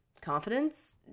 confidence